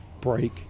break